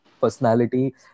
personality